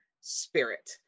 spirit